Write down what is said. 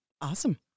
awesome